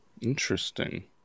Interesting